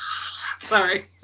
Sorry